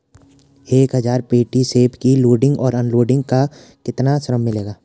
एक हज़ार पेटी सेब की लोडिंग और अनलोडिंग का कितना श्रम मिलेगा?